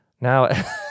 Now